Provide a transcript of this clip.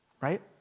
right